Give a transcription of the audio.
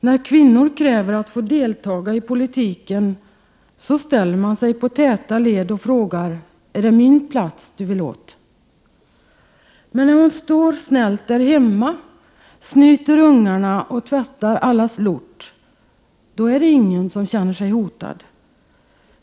När kvinnor kräver att få deltaga i politiken, så ställer man sig på täta led och frågar: — Är det min plats du vill åt? Men när hon står snällt därhemma snyter ungarna och tvättar allas lort Då är det ingen som känner sig hotad.